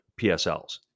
PSLs